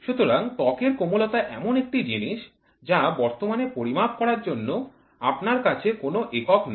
সুতরাং ত্বকের কোমলতা এমন একটি জিনিস যা বর্তমানে পরিমাপ করার জন্য আপনার কাছে কোন একক নেই